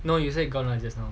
no you said you gonna just now